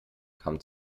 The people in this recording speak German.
kam